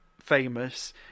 famous